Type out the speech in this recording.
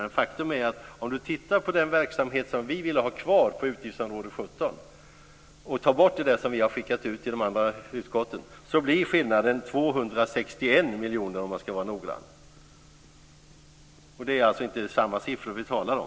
Men faktum är att om man tittar på den verksamhet som vi vill ha kvar under utgiftsområde 17 och tar bort det som vi har skickat ut till de andra utskotten, blir skillnaden 261 miljoner, om man ska vara noggrann. Det är alltså inte samma siffror vi talar om.